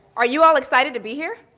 are you all excited to be here?